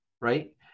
right